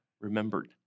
remembered